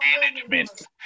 management